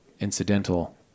incidental